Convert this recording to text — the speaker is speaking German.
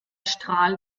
strahl